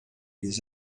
les